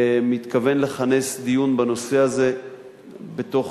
מתכוון לכנס דיון בנושא הזה בתוך